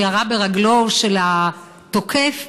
שירה ברגלו של התוקף,